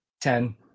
ten